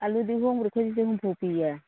ꯑꯥꯂꯨꯗꯤ ꯍꯣꯡꯕ꯭ꯔꯣ ꯑꯩꯈꯣꯏ ꯁꯤꯗ ꯍꯨꯝꯐꯨ ꯄꯤꯌꯦ